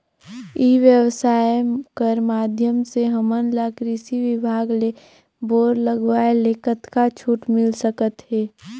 ई व्यवसाय कर माध्यम से हमन ला कृषि विभाग ले बोर लगवाए ले कतका छूट मिल सकत हे?